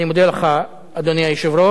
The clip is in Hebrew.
אני מודה לך, אדוני היושב-ראש.